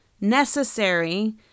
necessary